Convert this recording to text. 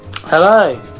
Hello